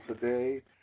today